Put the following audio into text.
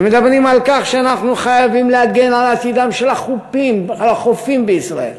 כשמדברים על כך שאנחנו חייבים להגן על עתידם של החופים בישראל,